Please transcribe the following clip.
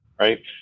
Right